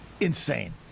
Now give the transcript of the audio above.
Insane